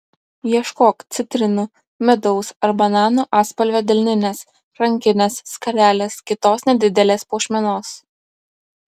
ieškok citrinų medaus ar bananų atspalvio delninės rankinės skarelės kitos nedidelės puošmenos